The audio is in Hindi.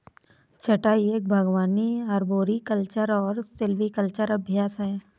छंटाई एक बागवानी अरबोरिकल्चरल और सिल्वीकल्चरल अभ्यास है